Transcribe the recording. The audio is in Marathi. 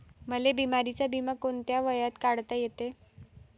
मले बिमारीचा बिमा कोंत्या वयात काढता येते?